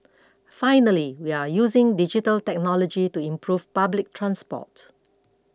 finally we are using digital technology to improve public transport